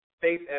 Faith